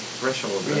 threshold